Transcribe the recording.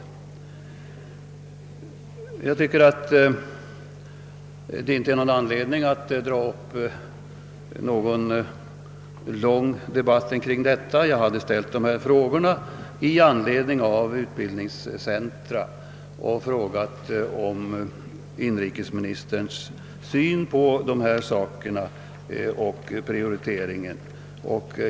Jag tycker inte att det är anledning att dra upp en lång debatt kring detta spörsmål. Jag har ställt dessa frågor om utbildningscentra samt efterlyst inrikesministerns syn på dessa och på prioriteringen.